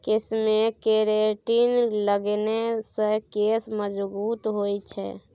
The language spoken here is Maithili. केशमे केरेटिन लगेने सँ केश मजगूत होए छै